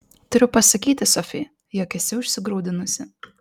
turiu pasakyti sofi jog esi užsigrūdinusi